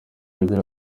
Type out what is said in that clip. agira